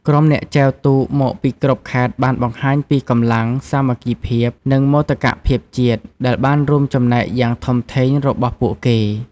ក្រុមអ្នកចែវទូកមកពីគ្រប់ខេត្តបានបង្ហាញពីកម្លាំង សាមគ្គីភាព និងមោទកភាពជាតិ ដែលបានរួមចំណែកយ៉ាងធំធេងរបស់ពួកគេ។